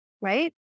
right